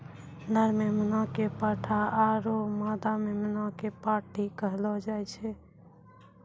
नर मेमना कॅ पाठा आरो मादा मेमना कॅ पांठी कहलो जाय छै